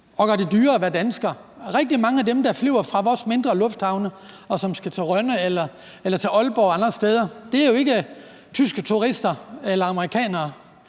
og gøre det dyrere at være dansker. Rigtig mange af dem, der flyver fra vores mindre lufthavne, og som skal til Rønne, Aalborg eller andre steder hen, er jo ikke tyske turister eller amerikanere.